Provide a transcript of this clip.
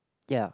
ya